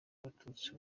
abatutsi